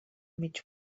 mig